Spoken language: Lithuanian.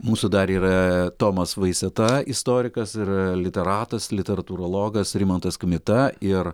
mūsų dar yra tomas vaiseta istorikas ir literatas literatūrologas rimantas kmita ir